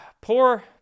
poor